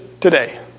today